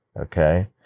okay